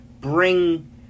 bring